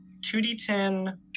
2d10